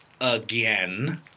Again